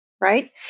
Right